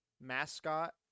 mascot